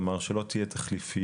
כלומר, שלא תהיה דחיפיות